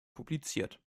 publiziert